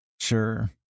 Sure